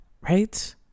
right